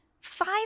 five